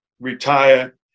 retire